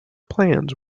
plans